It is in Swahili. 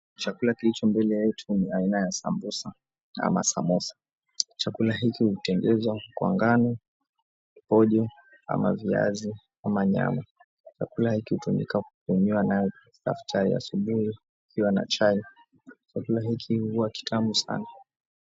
Chakula kilicho mbele yetu ni aina ya sambusa ama samosa chakula hiki hutengezwa kwa ngano, pojo ama viazi ama nyama. Chakula hiki hutumika kunywea nayo staftahi asubuhi ikiwa na chai chakula hiki hua kitamu sana.